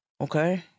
okay